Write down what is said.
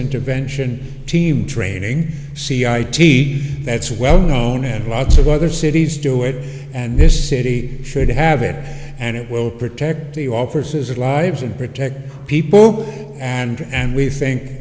intervention team training c i t that's well known and lots of other cities do it and this city should have it and it will protect the offices of lives and protect people and we think